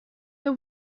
they